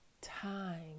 Time